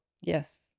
Yes